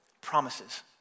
promises